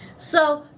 so,